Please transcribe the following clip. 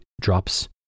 drops